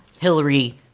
Hillary